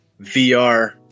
VR